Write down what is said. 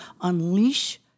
unleash